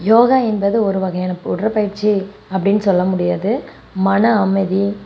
யோகா என்பது ஒரு வகையான உடற்பயிற்சி அப்படினு சொல்ல முடியாது மன அமைதி